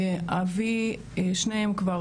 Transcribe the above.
הוריי, שניהם כבר